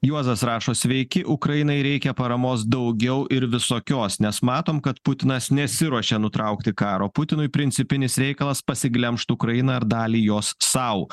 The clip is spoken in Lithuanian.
juozas rašo sveiki ukrainai reikia paramos daugiau ir visokios nes matom kad putinas nesiruošia nutraukti karo putinui principinis reikalas pasiglemžt ukrainą ar dalį jos sau